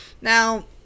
now